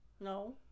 No